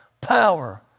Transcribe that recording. power